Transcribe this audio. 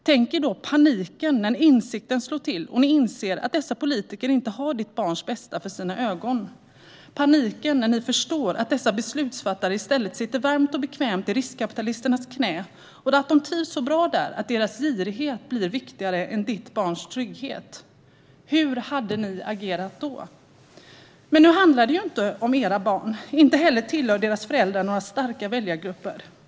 Tänk er paniken när insikten slår till och ni förstår att dessa politiker inte har ert barns bästa för sina ögon, paniken när ni förstår att dessa beslutsfattare i stället sitter varmt och bekvämt i riskkapitalisternas knä och att de trivs så bra där att deras girighet blir viktigare än ert barns trygghet. Hur hade ni agerat då? Men nu handlar det ju inte om era barn. Inte heller tillhör deras föräldrar några starka väljargrupper.